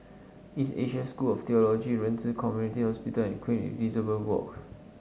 East Asia School of Theology Ren Ci Community Hospital and Queen Elizabeth Walk